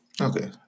Okay